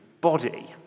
body